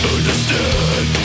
Understand